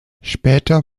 später